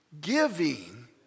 Giving